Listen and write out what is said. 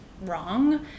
wrong